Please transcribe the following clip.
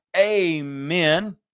amen